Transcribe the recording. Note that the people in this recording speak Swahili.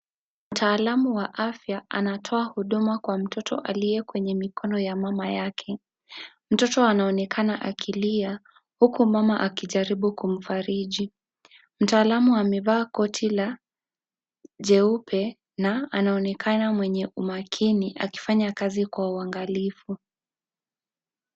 Mtaalamu wa afya anatoa huduma kwa mtoto aliye kwenye mikono ya mama yake. Mtoto anaonekana akilia huku mama akijaribu kumfarij. Mtaalamu amevaa koti la jeupe na anaonekana mwenye umakini akifanya kazi kwa uangalifu.